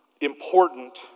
important